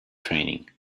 training